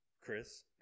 Chris